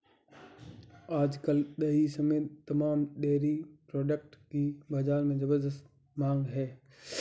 आज कल दही समेत तमाम डेरी प्रोडक्ट की बाजार में ज़बरदस्त मांग है